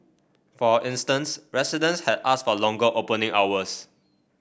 for instance residents had asked for longer opening hours